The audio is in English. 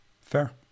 fair